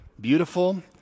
beautiful